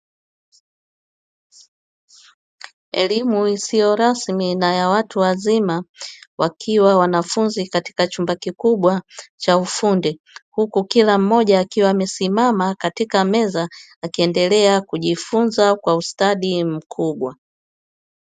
Elimu isiyo rasmi na ya watu wazima wakiwa wanafunzi katika chumba kikubwa cha ufundi, huku kila mmoja akiwa amesimama katika meza akiendelea kijifunza kwa ustadi mkubwa.